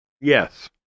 Yes